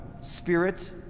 spirit